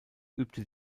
übte